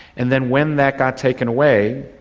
and then when that got taken away,